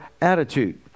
attitude